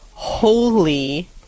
holy